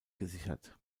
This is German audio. gesichert